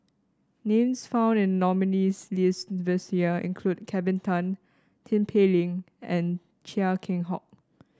names found in the nominees' list this year include Kelvin Tan Tin Pei Ling and Chia Keng Hock